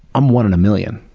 i'm one in a million.